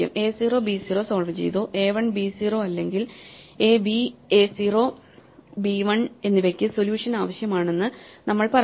A 0 B 0 solve ചെയ്തു A 1 B 0 അല്ലെങ്കിൽ A B A 0 B 1 എന്നിവയ്ക്ക് സൊല്യൂഷൻ ആവശ്യമാണെന്ന് നമ്മൾ പറഞ്ഞു